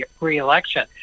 re-election